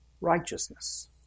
righteousness